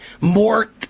more